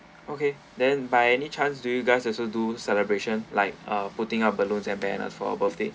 okay then by any chance do you guys also do celebration like uh putting up balloons and banner for our birthday